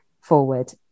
forward